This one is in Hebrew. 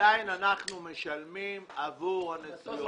ועדיין אנחנו משלמים עבור הנסיעות.